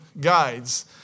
guides